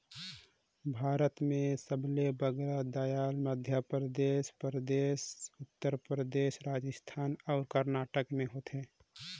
भारत में सबले बगरा दाएल मध्यपरदेस परदेस, उत्तर परदेस, राजिस्थान अउ करनाटक में होथे